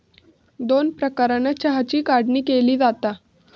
दोन प्रकारानं चहाची काढणी केली जाता